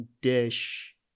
dish